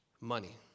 money